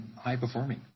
high-performing